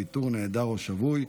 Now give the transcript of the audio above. ואיתור נעדר או שבוי,